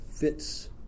fits